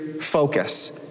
focus